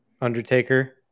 Undertaker